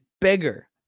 bigger